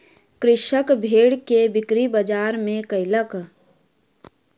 कृषक भेड़ के बिक्री बजार में कयलक